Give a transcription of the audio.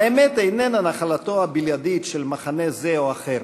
האמת איננה נחלתו הבלעדית של מחנה זה או אחר,